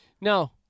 no